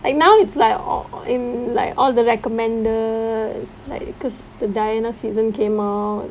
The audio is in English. and now it's like in like all the recommended like because the diana season came out